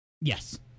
Yes